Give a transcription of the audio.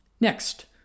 Next